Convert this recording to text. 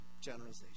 generalization